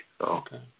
Okay